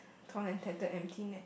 torn and tattered empty net